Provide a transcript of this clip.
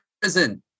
prison